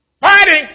Fighting